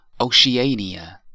Oceania